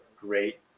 great